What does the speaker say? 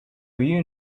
you